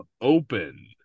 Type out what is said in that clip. open